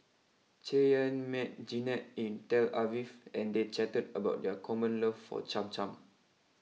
Cheyanne met Jeannette in Tel Aviv and they chatted about their common love for Cham Cham